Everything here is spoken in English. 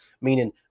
meaning